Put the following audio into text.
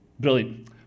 Brilliant